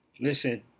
Listen